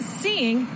seeing